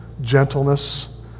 gentleness